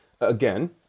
again